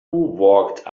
walked